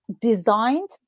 designed